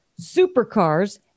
supercars